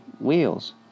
wheels